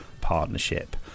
partnership